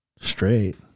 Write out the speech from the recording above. straight